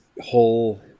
whole